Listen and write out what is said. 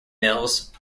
mills